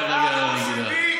8% ריבית.